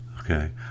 Okay